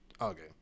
Okay